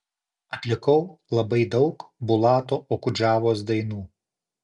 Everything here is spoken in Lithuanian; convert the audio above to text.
atlikau labai daug bulato okudžavos dainų